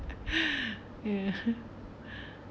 ya